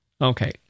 Okay